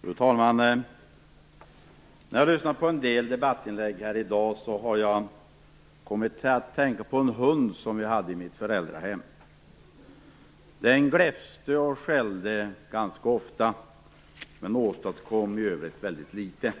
Fru talman! När jag har lyssnat på en del debattinlägg här i dag har jag kommit att tänka på en hund vi hade i mitt föräldrahem. Den gläfste och skällde ganska ofta, men åstadkom i övrigt väldigt litet.